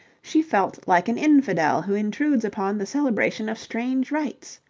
she felt like an infidel who intrudes upon the celebration of strange rites.